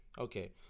Okay